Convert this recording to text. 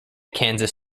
kansas